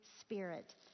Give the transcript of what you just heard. Spirit